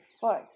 foot